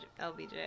LBJ